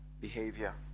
behavior